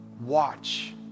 Watch